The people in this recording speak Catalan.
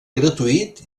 gratuït